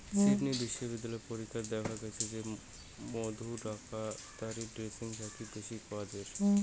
Sydney বিশ্ববিদ্যালয়ত পরীক্ষাত দ্যাখ্যা গেইচে যে মধু ডাক্তারী ড্রেসিং থাকি বেশি কাজের